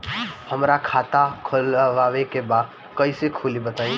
हमरा खाता खोलवावे के बा कइसे खुली बताईं?